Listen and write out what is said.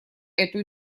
эту